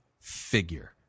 figure